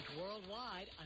worldwide